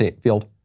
field